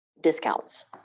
discounts